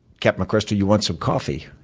captain mcchrystal, you want some coffee?